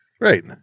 Right